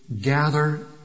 gather